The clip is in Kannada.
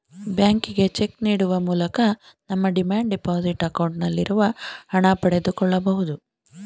ಬ್ಯಾಂಕಿಗೆ ಚೆಕ್ ನೀಡುವ ಮೂಲಕ ನಮ್ಮ ಡಿಮ್ಯಾಂಡ್ ಡೆಪೋಸಿಟ್ ಅಕೌಂಟ್ ನಲ್ಲಿರುವ ಹಣ ಪಡೆದುಕೊಳ್ಳಬಹುದು